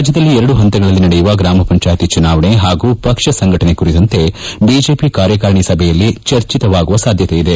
ರಾಜ್ಯದಲ್ಲಿ ಎರಡು ಹಂತಗಳಲ್ಲಿ ನಡೆಯುವ ಗ್ರಾಮ ಪಂಚಾಯಿತಿ ಚುನಾವಣೆ ಹಾಗೂ ಪಕ್ಷ ಸಂಘಟನೆ ಕುರಿತಂತೆ ಬಿಜೆಪಿ ಕಾರ್ಯಕಾರಿಣಿಯಲ್ಲಿ ಸಭೆ ನಡೆಯುವ ಸಾಧ್ಯತೆಯಿದೆ